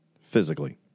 physically